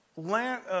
Land